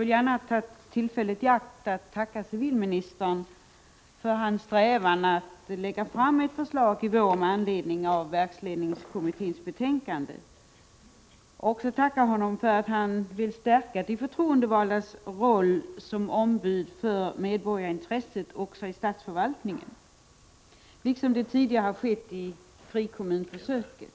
vill gärna ta tillfället iaktatt tacka civilministern för hans strävan att lägga fram ett förslag nu i vår med anledning av verksledningskommitténs betänkande. Jag vill också tacka honom för att han vill stärka de förtroendevaldas roll som ombud för medborgarintresset också i statsförvaltningen liksom tidigare har varit fallet i frikommunsförsöken.